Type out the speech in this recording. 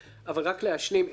אבל רק להשלים אחת,